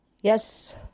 Yes